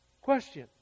Question